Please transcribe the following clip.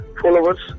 followers